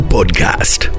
Podcast